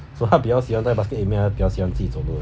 so 它比较喜欢在 basket 里面还是比较喜欢自己走路